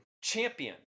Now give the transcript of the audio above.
champion